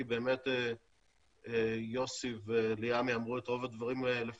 כי באמת יוסי וליעמי אמרו את רוב הדברים לפניי,